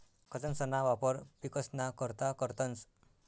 खतंसना वापर पिकसना करता करतंस